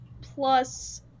plus